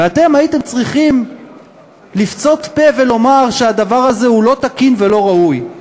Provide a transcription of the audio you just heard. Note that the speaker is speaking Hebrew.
ואתם הייתם צריכים לפצות פה ולומר שהדבר הזה הוא לא תקין ולא ראוי.